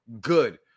good